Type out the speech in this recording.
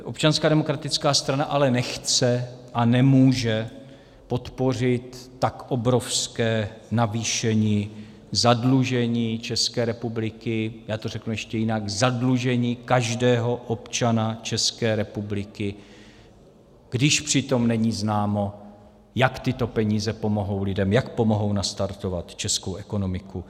Občanská demokratická strana ale nechce a nemůže podpořit tak obrovské navýšení zadlužení České republiky, já to řeknu ještě jinak, zadlužení každého občana České republiky, když přitom není známo, jak tyto peníze pomohou lidem, jak pomohou nastartovat českou ekonomiku.